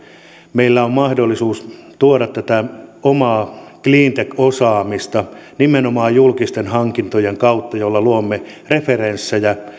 meillä on mahdollisuus tuoda tätä omaa cleantech osaamista nimenomaan julkisten hankintojen kautta jolloin luomme referenssejä